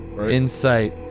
Insight